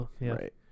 Right